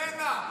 מה רצית ממנה?